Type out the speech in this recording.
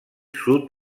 sud